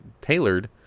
tailored